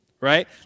right